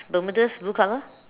bermudas blue color